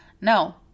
no